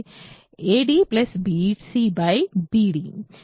adbc bd